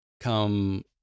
come